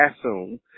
assume